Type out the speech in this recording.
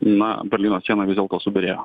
na berlyno siena vis dėlto subyrėjo